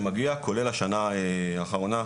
שמגיע, כולל השנה האחרונה,